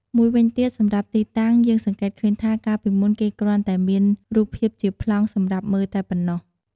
មួយវិញទៀត សម្រាប់ទីតាំង យើងសង្កេតឃើញថា កាលពីមុន គេគ្រាន់តែមានរូបភាពជាប្លង់សម្រាប់មើលតែប៉ុណ្ណោះ។